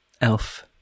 Elf